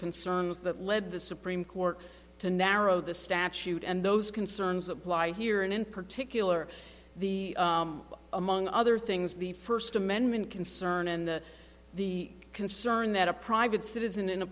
concerns that lead the supreme court to narrow the statute and those concerns apply here and in particular the among other things the first amendment concern and the concern that a private citizen in a